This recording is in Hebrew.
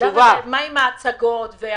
מה עם הצגות?